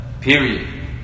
period